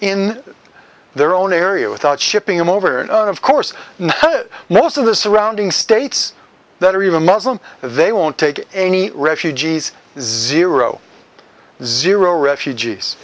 in their own area without shipping them over of course most of the surrounding states that are even muslim they won't take any refugees zero zero refugees